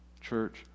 Church